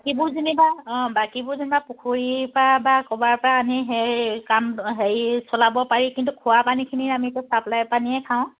বাকীবোৰ যেনিবা অঁ বাকীবোৰ যেনিবা পুখুৰীৰ পৰা বা ক'বাৰ পৰা আনি সেই কাম হেৰি চলাব পাৰি কিন্তু খোৱা পানীখিনি আমিতো ছাপ্লাই পানীয়ে খাওঁ